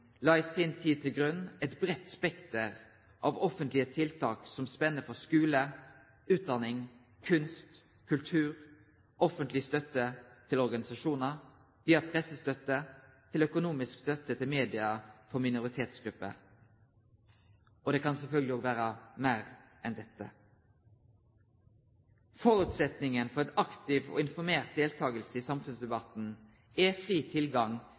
tid til grunn eit breitt spekter av offentlege tiltak som spenner frå skule, utdanning, kunst, kultur og offentleg støtte til organisasjonar, via pressestøtte til økonomisk støtte til media for minoritetsgrupper. Det kan sjølvsagt òg vere meir enn dette. Føresetnaden for ei aktiv og informert deltaking i samfunnsdebatten er fri tilgang